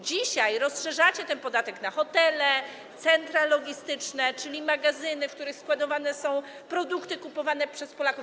Dzisiaj rozszerzacie ten podatek na hotele, centra logistyczne, czyli magazyny, w których składowane są produkty kupowane przez Polaków.